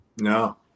No